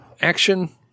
action